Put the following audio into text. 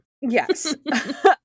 yes